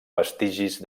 vestigis